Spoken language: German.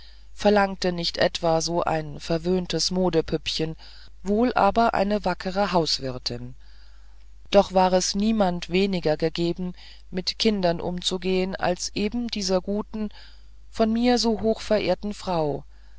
verlange nicht etwa so ein verwöhntes modepüppchen wohl aber eine wackere hauswirtin doch war es niemand weniger gegeben mit kindern umzugehen als eben dieser guten von mir so hochverehrten frau